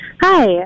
hi